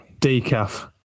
decaf